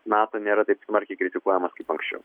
nato nėra taip smarkiai kritikuojamas kaip anksčiau